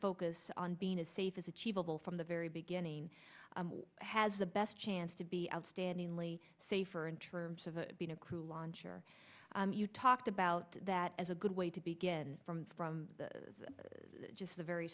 focus on being a safe is achievable from the very beginning has the best chance to be outstandingly safer and terms of being a crew launcher you talked about that as a good way to begin from from just the very